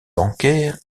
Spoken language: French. bancaires